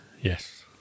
Yes